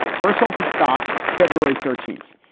bertholt, his stock. february thirteenth.